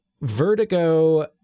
Vertigo